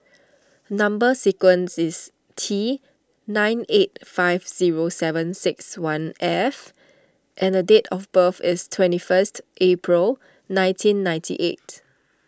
Number Sequence is T nine eight five zero seven six one F and the date of birth is twenty first April nineteen ninety eight